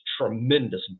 tremendous